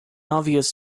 obvious